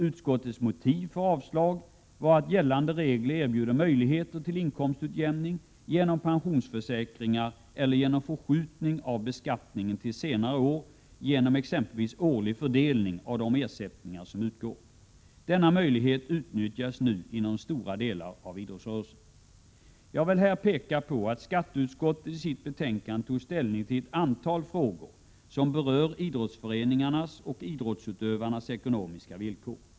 Utskottets motiv för avslag var att gällande regler erbjuder möjligheter till inkomstutjämning genom pensionsförsäkringar eller genom förskjutning av beskattningen till senare år genom exempelvis årlig fördelning av de ersättningar som utgår. Denna möjlighet utnyttjas nu inom stora delar av idrottsrörelsen. Jag vill här peka på att skatteutskottet i sitt betänkande tog ställning till ett antal frågor som berör idrottsföreningarnas och idrottsutövarnas ekonomiska villkor.